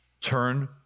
Turn